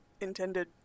intended